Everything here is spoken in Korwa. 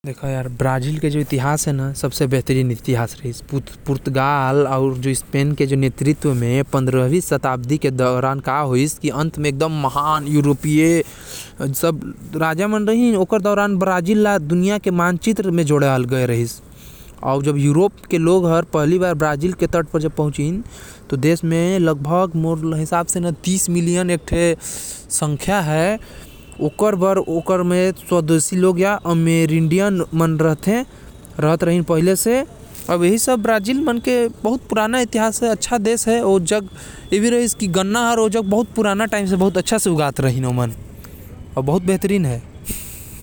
पुर्तगाल अउ स्पेन के नेतृत्व म पंद्रह शताब्दी म अउ कुछ महान यूरोप के राजा मन गोठिया कर ब्राज़ील के मानचित्र म जोड़िन। गन्ना के खेती ब्राज़ील म बहुते पुराना दिन से होथे।